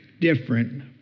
different